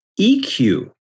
EQ